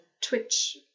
Twitch